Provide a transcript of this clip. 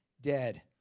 dead